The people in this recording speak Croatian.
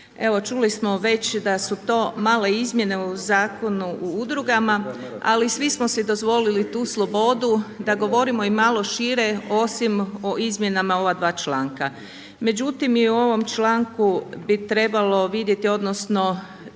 čuli smo već da su to male izmjene u Zakonu o udrugama ali svi smo si dozvolili tu slobodu da govorimo i malo šire osim o izmjenama ova dva članka. Međutim i u ovom članku bi trebalo vidjeti odnosno